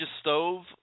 Stove